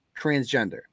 transgender